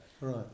Right